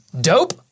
dope